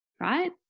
right